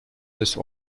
des